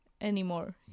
anymore